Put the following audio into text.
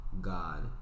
God